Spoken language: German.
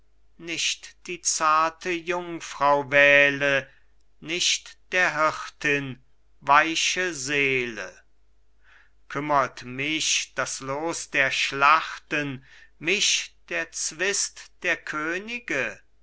nicht die zarte jungfrau wähle nicht der hirtin weiche seele kümmert mich das los der schlachten mich der zwist der könige